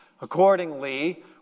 Accordingly